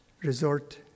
Resort